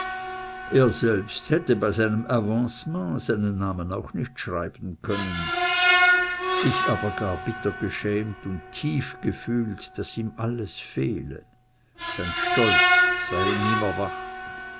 er selbst hätte bei seinem avancement seinen namen auch nicht schreiben können sich aber da gar bitter geschämt und tief gefühlt was ihm alles fehle sein stolz sei erwacht